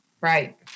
Right